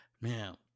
Man